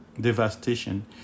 devastation